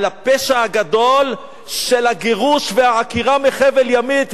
על הפשע הגדול של הגירוש והעקירה מחבל-ימית,